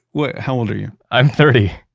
wait, how old are you? i'm thirty.